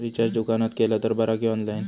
Recharge दुकानात केला तर बरा की ऑनलाइन?